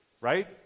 right